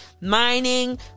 mining